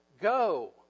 go